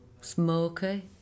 smoky